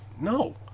No